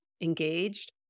engaged